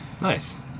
nice